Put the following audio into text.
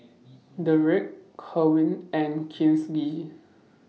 Derrek Kerwin and Kinsley